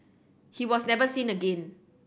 he was never seen again